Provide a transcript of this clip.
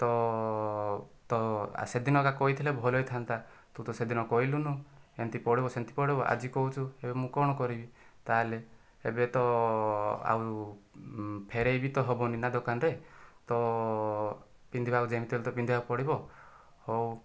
ତ ତ ଆ ସେଦିନ ଏକା କହିଥିଲେ ଭଲ ହୋଇଥାନ୍ତା ତୁ ତ ସେଦିନ କହିଲୁନୁ ଏମିତି ପଡ଼ିବ ସେମିତି ପଡ଼ିବ ଆଜି କହୁଛୁ ଏବେ ମୁଁ କ'ଣ କରିବି ତାହେଲେ ଏବେ ତ ଆଉ ଫେରେଇ ବି ତ ହେବନି ନା ଦୋକାନରେ ତ ପିନ୍ଧିବାକୁ ଯେମିତି ହେଲେ ବି ତ ପିନ୍ଧିବାକୁ ପଡ଼ିବ ହେଉ